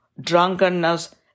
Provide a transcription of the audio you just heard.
drunkenness